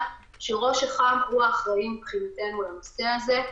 שראש אח"מ הוא האחראי מבחינתנו לנושא הזה.